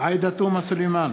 עאידה תומא סלימאן,